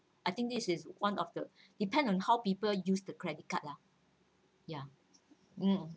I think this is one of the depends on how people use the credit card lah ya um